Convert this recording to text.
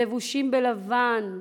לבושים בלבן,